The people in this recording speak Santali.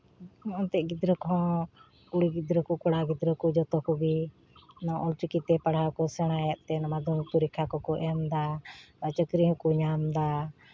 ᱮᱱᱛᱮᱜ ᱜᱤᱫᱽᱨᱟᱹ ᱠᱚᱦᱚᱸ ᱠᱩᱲᱤ ᱜᱤᱫᱽᱨᱟᱹ ᱠᱚ ᱠᱚᱲᱟ ᱜᱤᱫᱽᱨᱟᱹ ᱠᱚ ᱡᱚᱛᱚ ᱠᱚᱜᱮ ᱱᱚᱣᱟ ᱚᱞᱪᱤᱠᱤᱛᱮ ᱯᱟᱲᱦᱟᱣ ᱠᱚ ᱥᱮᱬᱟᱭᱮᱫ ᱛᱮ ᱢᱟᱫᱽᱫᱷᱚᱢᱤᱠ ᱯᱚᱨᱤᱠᱠᱷᱟ ᱠᱚᱠᱚ ᱮᱢᱫᱟ ᱟᱨ ᱪᱟᱹᱠᱨᱤ ᱦᱚᱠᱚ ᱧᱟᱢᱫᱟ